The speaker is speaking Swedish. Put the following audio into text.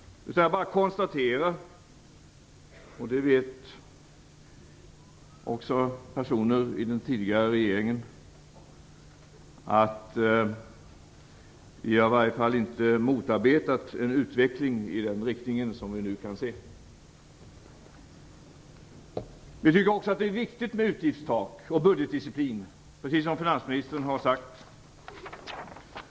Jag bara konstaterar - det vet också personer i den tidigare regeringen - att vi i varje fall inte har motarbetat en utveckling i den riktning som vi nu kan se. Vi tycker också att det är viktigt med utgiftstak och budgetdisciplin, precis som finansministern har sagt.